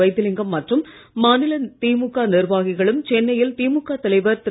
வைத்திலிங்கம் மற்றும் மாநில திமுக நிர்வாகிகளும் சென்னையில் திமுக தலைவர் திரு